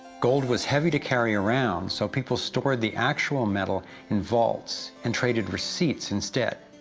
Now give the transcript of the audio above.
gold was heavy to carry around so people stored the actual metal in vaults and traded receipts instead.